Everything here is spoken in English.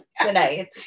tonight